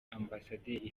ambasaderi